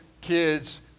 kids